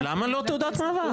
רק עם תעודת מעבר?